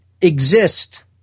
exist